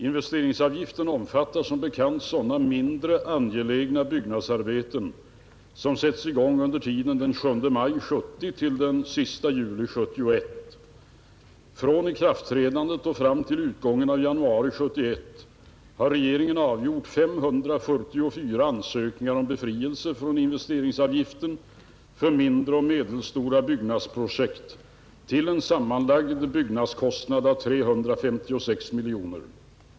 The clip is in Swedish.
Investeringsavgiften omfattar som bekant sådana mindre angelägna byggnadsarbeten som sätts i gång under tiden den 7 maj 1970 — den 31 juli 1971. Från ikraftträdandet och fram till utgången av januari 1971 har regeringen avgjort 544 ansökningar om befrielse från investeringsavgiften för mindre och medelstora byggnadsprojekt till en sammanlagd byggnadskostnad av 356 miljoner kronor.